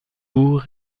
bourg